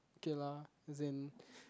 okay lah as in